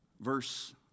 verse